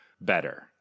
better